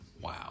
wow